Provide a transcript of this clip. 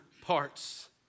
parts